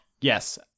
Yes